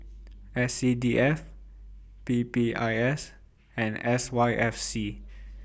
S C D F P P I S and S Y F C